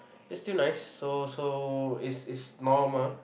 it still nice so so is is normal